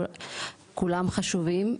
כולם חשובים.